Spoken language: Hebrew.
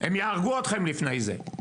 הם יהרגו אתכם לפני זה.